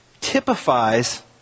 typifies